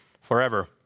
Forever